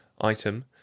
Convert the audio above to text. item